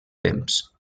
temps